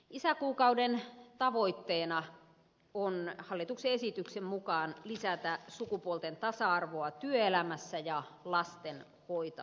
isäkuukauden tavoitteena on hallituksen esityksen mukaan lisätä sukupuolten tasa arvoa työelämässä ja lasten hoitamisessa